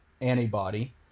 antibody